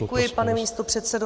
Děkuji, pane místopředsedo.